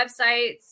websites